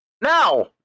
Now